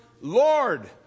Lord